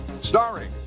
Starring